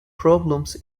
problems